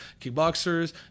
kickboxers